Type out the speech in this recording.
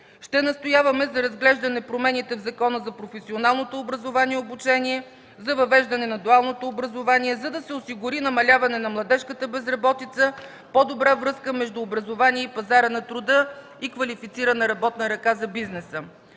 Ще настояваме за разглеждане на промените в Закона за професионалното образование и обучение, за въвеждане на дуалното образование, за да се осигури намаляване на младежката безработица, по-добра връзка между образованието и пазара на труда и квалифицирана работна ръка за бизнеса.